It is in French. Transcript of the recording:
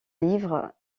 livres